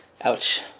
Ouch